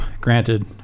granted